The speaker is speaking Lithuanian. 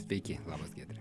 sveiki labas giedre